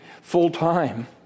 full-time